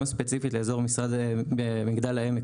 גם ספציפית לאזור מגדל העמק,